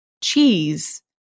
cheese